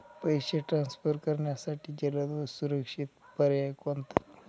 पैसे ट्रान्सफर करण्यासाठी जलद व सुरक्षित पर्याय कोणता?